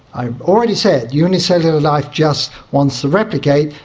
i've already said unicellular life just wants to replicate,